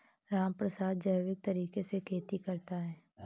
रामप्रसाद जैविक तरीके से खेती करता है